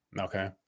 Okay